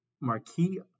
marquee